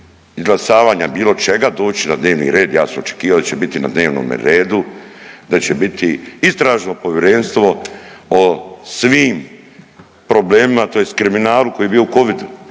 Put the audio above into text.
izglasavanja bilo čega doć na dnevni red, ja sam očekivao da će biti na dnevnom redu, da će biti istražno povjerenstvo o svim problemima tj. kriminalu koji je bio u covid,